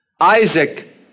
Isaac